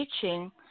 teaching